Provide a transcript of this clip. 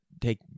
take